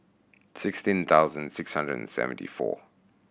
sixteen thousand six hundred and seventy four